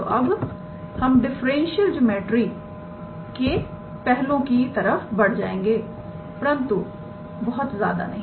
तोअब हम differential geometry के पहलुओं की तरफ बढ़ जाएंगे परंतु बहुत ज्यादा नहीं